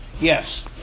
Yes